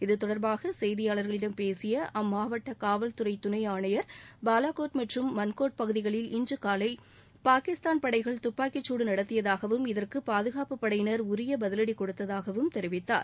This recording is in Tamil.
இத்தொடர்பாக செய்தியாளர்களிடம் பேசிய அம்மாவட்ட காவல்துறை துணை ஆணையர் பாலகோட் மற்றும் மன்கோட் பகுதிகளில் இன்று காலை பாகிஸ்தான் படைகள் துப்பாக்கி சூடு நடத்தியதாகவும் இதற்கு பாதுகாப்பு படையினர் உரிய பதிலடி கொடுத்ததாக தெரிவித்தார்